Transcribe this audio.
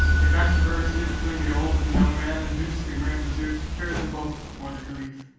the controversy between the old and the young man induced the grand vizier to carry them both before the caliph,